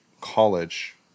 college